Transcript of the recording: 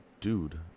dude